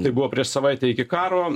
tai buvo prieš savaitę iki karo